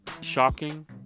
shocking